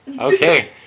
Okay